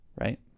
right